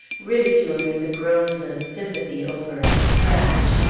ridiculing the groans of sympathy over a scratch,